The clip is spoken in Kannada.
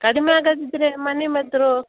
ಕಡಿಮೆ ಆಗದಿದ್ರೆ ಮನೆ ಮದ್ರೊ